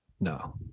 No